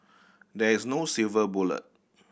there is no silver bullet